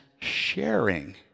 sharing